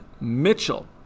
Mitchell